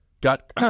Got